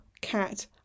cat